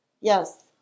yes